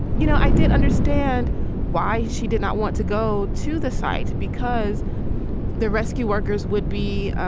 you know, i did understand why she did not want to go to the site, because the rescue workers would be,